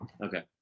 Okay